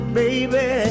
baby